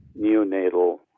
neonatal